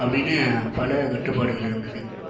அப்படினு பல கட்டுப்பாடுகள் இருந்தது